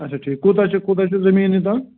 اَچھا ٹھیٖک کوٗتاہ چھُو کوٗتاہ چھُو زمیٖنہِ تَلہٕ